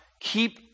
keep